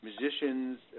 musicians